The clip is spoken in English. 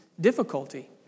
difficulty